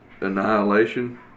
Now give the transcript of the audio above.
Annihilation